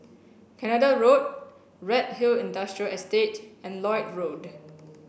Canada Road Redhill Industrial Estate and Lloyd Road